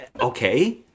okay